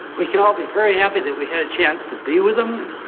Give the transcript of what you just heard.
we can all be very happy that we had a chance to be with them